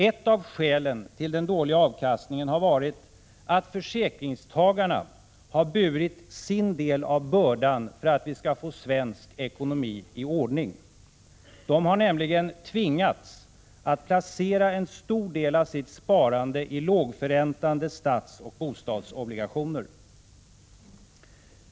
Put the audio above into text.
Ett av skälen till den dåliga avkastningen har varit att försäkringstagarna burit sin del av bördan för att få svensk ekonomi i ordning. De har nämligen 37 tvingats placera en stor del av sitt sparande i lågförräntande statsoch bostadsobligationer.